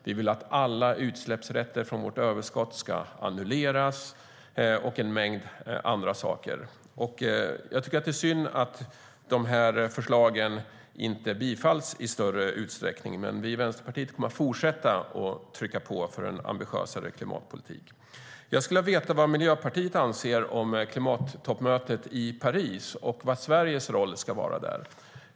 Vi vill att alla utsläppsrätter från vårt överskott ska annulleras, och en mängd andra saker. Det är synd att förslagen inte tillstyrks i större utsträckning, men vi i Vänsterpartiet kommer att fortsätta att trycka på för en ambitiösare klimatpolitik. Jag skulle vilja veta vad Miljöpartiet anser om klimattoppmötet i Paris och vad Sveriges roll ska vara där.